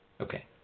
Okay